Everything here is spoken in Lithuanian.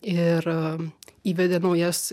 ir įvedė naujas